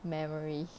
memory